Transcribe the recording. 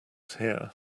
hear